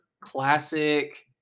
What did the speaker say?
classic